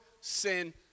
sin